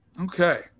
okay